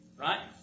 right